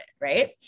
right